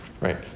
right